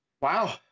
Wow